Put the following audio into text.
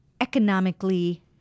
economically